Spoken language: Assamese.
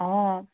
অ